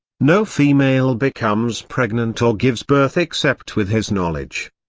no female becomes pregnant or gives birth except with his knowledge.